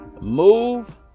Move